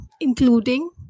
including